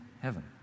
heaven